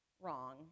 wrong